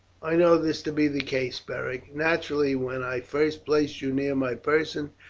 i know this to be the case, beric. naturally, when i first placed you near my person,